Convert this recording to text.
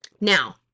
Now